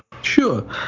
Sure